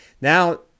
Now